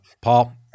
Paul